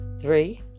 three